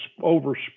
over